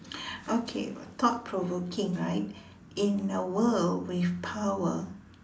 okay thought provoking right in a world with power